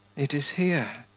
it is here,